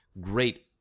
great